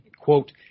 quote